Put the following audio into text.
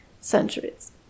centuries